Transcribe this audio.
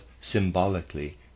symbolically